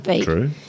true